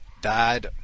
Died